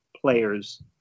players